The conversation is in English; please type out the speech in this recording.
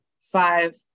five